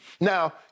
Now